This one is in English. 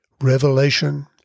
Revelation